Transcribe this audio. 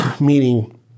meaning